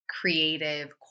creative